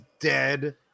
dead